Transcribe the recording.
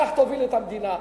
קח, תוביל את המדינה.